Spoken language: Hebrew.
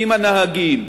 עם הנהגים,